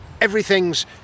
everything's